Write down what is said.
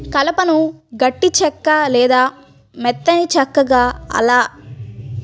కలపను గట్టి చెక్క లేదా మెత్తని చెక్కగా అనే పేర్లతో వర్గీకరించారు